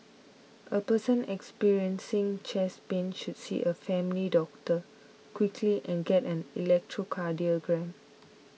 a person experiencing chest pain should see a family doctor quickly and get an electrocardiogram